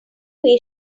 way